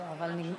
אבל תם הזמן.